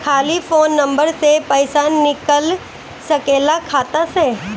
खाली phone number से पईसा निकल सकेला खाता से?